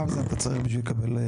כמה זמן אתה צריך בשביל לקבל,